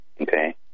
okay